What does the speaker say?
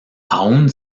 aún